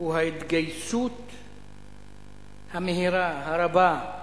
הוא ההתגייסות המהירה, הרבה,